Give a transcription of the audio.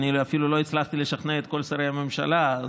אפילו לא הצלחתי לשכנע את כל שרי הממשלה,